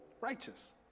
righteous